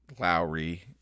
Lowry